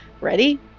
ready